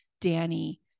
Danny